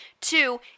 Two